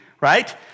right